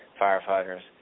firefighters